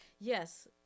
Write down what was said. Yes